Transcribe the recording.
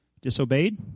disobeyed